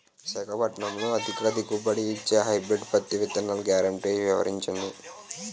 విశాఖపట్నంలో అధిక దిగుబడి ఇచ్చే హైబ్రిడ్ పత్తి విత్తనాలు గ్యారంటీ వివరించండి?